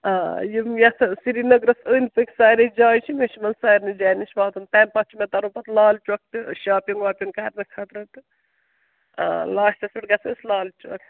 آ یِم یاسا سرینگرَس أنٛدۍ پٔکۍ ساریٚے جایہِ چھِ مےٚ چھُ یِمن سارنٕے جاین نِش واتُن تَمہِ پَتہٕ چھُ مےٚ ترُن پَتہٕ لال چوک تہٕ شاپِنٛگ واپِنٛگ کَرنہٕ خٲطرٕ تہٕ آ لاسٹَس پٮ۪ٹھ گَژھو أسۍ لال چوک